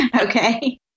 Okay